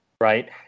right